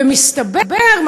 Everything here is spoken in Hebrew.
ומסתבר,